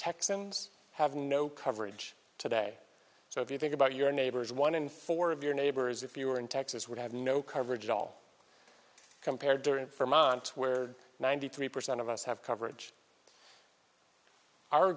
texans have no coverage today so if you think about your neighbors one in four of your neighbors if you were in texas would have no coverage at all compared during for months where ninety three percent of us have coverage our